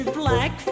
black